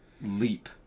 leap